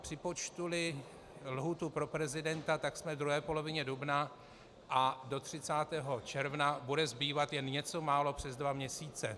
Připočtuli lhůtu pro prezidenta, tak jsme v druhé polovině dubna a do 30. června bude zbývat jen něco málo přes dva měsíce.